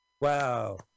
Wow